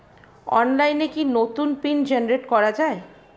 অনলাইনে কি নতুন পিন জেনারেট করা যায়?